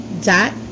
dot